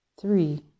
three